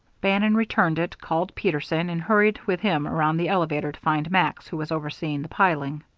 bannon returned it, called peterson, and hurried with him around the elevator to find max, who was overseeing the piling.